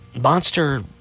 Monster